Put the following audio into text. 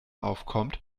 aufkommt